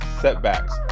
setbacks